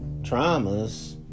traumas